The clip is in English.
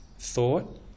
thought